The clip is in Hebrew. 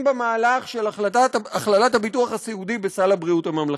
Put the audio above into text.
במהלך של הכללת הביטוח הסיעודי בסל הבריאות הממלכתי.